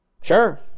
Sure